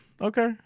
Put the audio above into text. okay